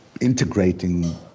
integrating